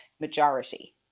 majority